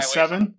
seven